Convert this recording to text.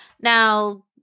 Now